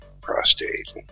prostate